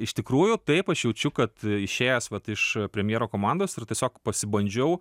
iš tikrųjų taip aš jaučiu kad išėjęs vat iš premjero komandos ir tiesiog pasibandžiau